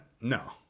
No